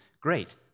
great